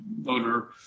voter